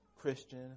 Christian